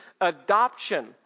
adoption